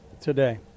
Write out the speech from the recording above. today